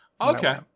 Okay